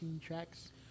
tracks